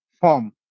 form